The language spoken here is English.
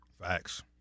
Facts